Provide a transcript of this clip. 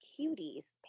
cuties